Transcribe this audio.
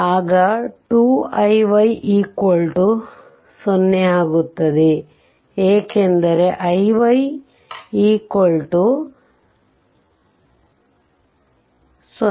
ಆಗ 2 iy 0 ಆಗುತ್ತದೆ ಏಕೆಂದರೆ iy 0